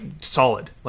solid